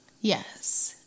Yes